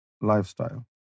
lifestyle